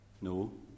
No